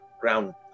ground